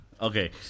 Okay